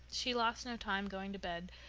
she lost no time going to bed,